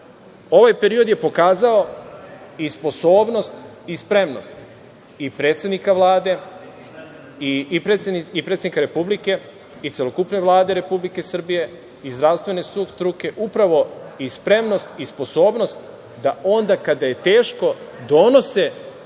Ovaj period je pokazao i sposobnost, spremnost predsednika Vlade, predsednika Republike, i celokupne Vlade Republike Srbije i zdravstvene struke upravo i spremnost i sposobnost da onda kada je teško donose